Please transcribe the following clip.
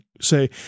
say